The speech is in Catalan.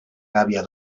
gàbia